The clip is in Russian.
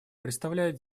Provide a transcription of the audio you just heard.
представляет